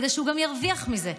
כדי שהוא גם ירוויח מזה,